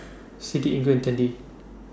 Siddie Ingrid and Tandy